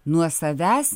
nuo savęs